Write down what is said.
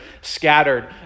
scattered